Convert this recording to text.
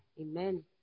Amen